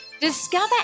discover